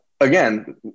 Again